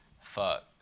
fuck